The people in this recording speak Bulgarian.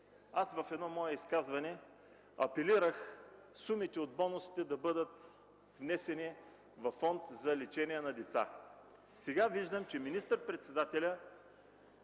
дни в едно свое изказване апелирах сумите от бонусите да бъдат внесени във Фонда за лечение на деца. Сега виждам, че министър-председателят